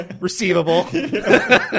Receivable